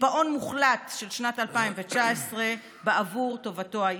קיפאון מוחלט של שנת 2019 בעבור טובתו האישית.